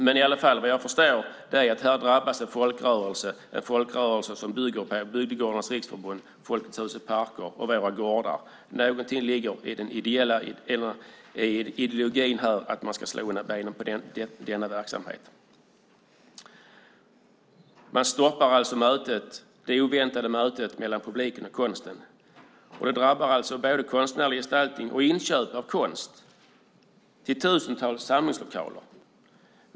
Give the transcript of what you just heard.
Men vad jag förstår drabbas här en folkrörelse som bygger på Bygdegårdarnas Riksförbund, Folkets Hus och Parker och Våra Gårdar. Det ligger någonting i ideologin att man ska slå undan benen på denna verksamhet. Man stoppar alltså det oväntade mötet mellan publiken och konsten. Det drabbar både konstnärlig gestaltning och inköp av konst till tusentals samlingslokaler.